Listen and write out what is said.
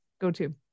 go-to